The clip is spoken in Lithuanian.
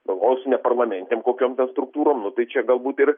o su neparlamentinėm kokiom ten struktūrom nu tai čia galbūt ir